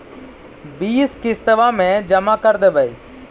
बिस किस्तवा मे जमा कर देवै?